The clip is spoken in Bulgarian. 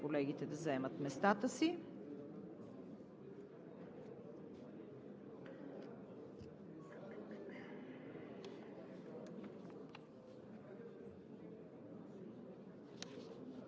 колегите да заемат местата си.